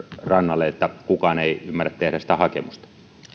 rannalle että kukaan ei ymmärrä tehdä sitä hakemusta